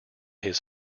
his